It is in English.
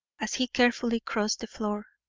as he carefully crossed the floor.